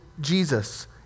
Jesus